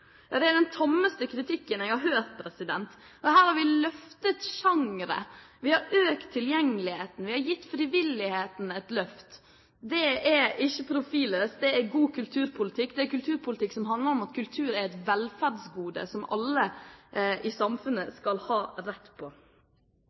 er den tommeste kritikken jeg har hørt. Her har vi løftet sjangre. Vi har økt tilgjengeligheten. Vi har gitt frivilligheten et løft. Det er ikke profilløst; det er god kulturpolitikk. Det er kulturpolitikk som handler om at kultur er et velferdsgode som alle i samfunnet